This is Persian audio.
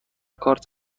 کارت